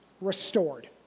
restored